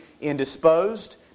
indisposed